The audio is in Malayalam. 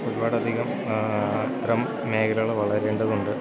ഒരുപാടധികം അത്തരം മേഖലകൾ വളരേണ്ടതുണ്ട്